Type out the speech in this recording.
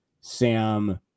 Sam